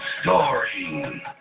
Starring